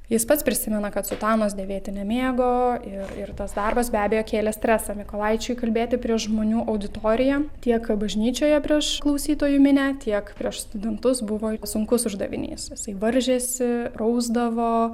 jis pats prisimena kad sutanos dėvėti nemėgo ir ir tas darbas be abejo kėlė stresą mykolaičiui kalbėti prieš žmonių auditoriją tiek bažnyčioje prieš klausytojų minią tiek prieš studentus buvo sunkus uždavinys jisai varžėsi rausdavo